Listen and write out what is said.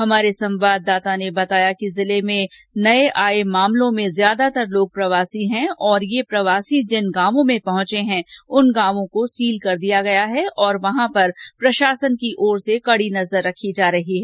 हमारे संवाददाता ने बताया कि जिले में नए आए मामलों में ज्यादातर लोग प्रवासी हैं और ये प्रवासी जिन गांवों में पहंचे हैं उन गांवों को सील कर लिया गया है तथा वहां पर प्रशासन की ओर से कड़ी नजर रखी जा रही है